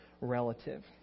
relative